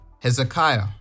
Hezekiah